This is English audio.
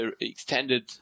extended